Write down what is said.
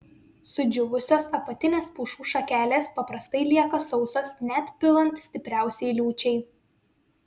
sudžiūvusios apatinės pušų šakelės paprastai lieka sausos net pilant stipriausiai liūčiai